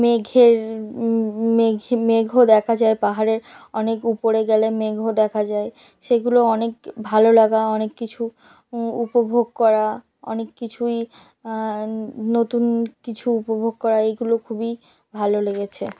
মেঘের মেঘ মেঘও দেখা যায় পাহাড়ের অনেক উপরে গেলে মেঘও দেখা যায় সেগুলো অনেক ভালো লাগা অনেক কিছু উপভোগ করা অনেক কিছুই নতুন কিছু উপভোগ করা এগুলো খুবই ভালো লেগেছে